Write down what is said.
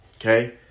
okay